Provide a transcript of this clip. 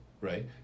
right